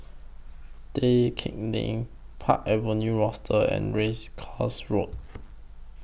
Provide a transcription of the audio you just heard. Tai Keng Lane Park Avenue Rochester and Race Course Road